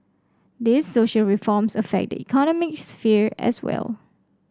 these social reforms affect the economic sphere as well